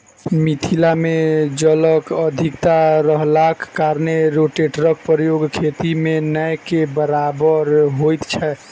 मिथिला मे जलक अधिकता रहलाक कारणेँ रोटेटरक प्रयोग खेती मे नै के बराबर होइत छै